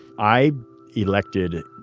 i elected,